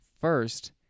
first